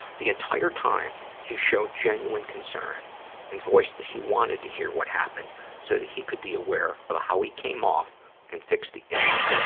the entire time, he showed genuine concern and voiced that he wanted to hear what happened so that he could be aware of how he came off and fix the issue.